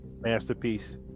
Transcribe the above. masterpiece